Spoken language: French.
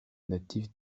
natif